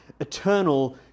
eternal